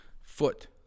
foot